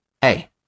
Hey